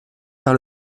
par